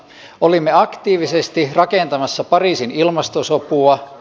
olimme aktiivisesti rakentamassa pariisin ilmastosopua